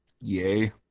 Yay